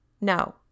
No